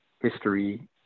history